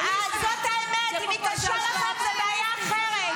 זאת האמת, אם היא קשה לכם, זו בעיה אחרת.